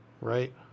Right